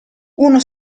uno